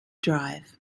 drive